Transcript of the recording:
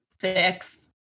six